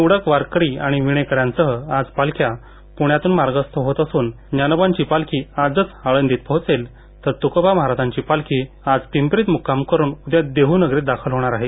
निवडक वारकरी आणि विणेकरांसह आज पालख्या पृण्यातून मार्गस्थ होत असून ज्ञानोबांची पालखी आजच आळंदीत पोहोचेल तर तुकोबा महाराजांची पालखी आज पिंपरीत मुक्काम करून उद्या देहू नगरीत दाखल होणार आहे